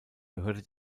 gehörte